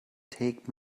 take